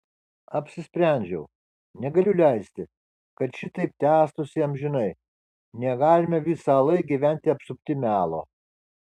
apsisprendžiau negaliu leisti kad šitaip tęstųsi amžinai negalime visąlaik gyventi apsupti melo